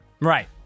Right